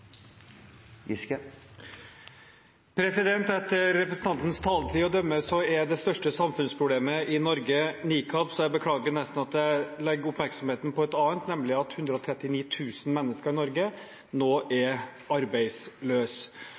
replikkordskifte. Etter representantens tale å dømme er det største samfunnsproblemet i Norge nikab, så jeg beklager nesten at jeg retter oppmerksomheten mot et annet, nemlig at 139 000 mennesker i Norge nå er